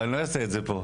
אבל אני לא אעשה את זה פה.